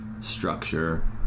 structure